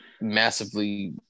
massively